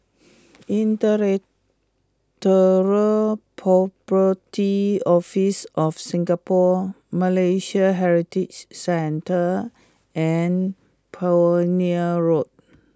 Intellectual Property Office of Singapore Malay Heritage Centre and Pioneer Road